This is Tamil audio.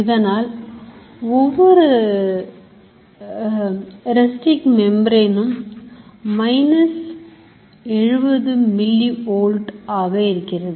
இதனால் ஒவ்வொரு Resting Membrane க்கும் minus 70 milli Volt ஆக இருக்கிறது